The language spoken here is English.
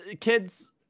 kids